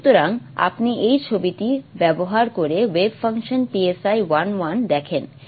সুতরাং আপনি এই ছবিটি ব্যবহার করে ওয়েভ ফাংশন 1 1 দেখেন